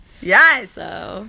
yes